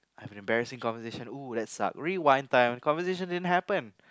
I have an embarrassing conversation !woo! that sucks rewind time conversation didn't happen